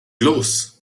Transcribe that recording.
los